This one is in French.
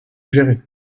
gérer